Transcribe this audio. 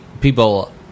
people